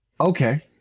okay